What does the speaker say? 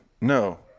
No